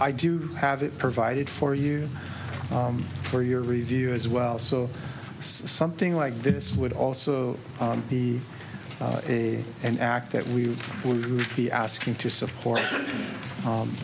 i do have it provided for you for your review as well so something like this would also be a an act that we